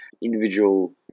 individual